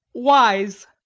wise.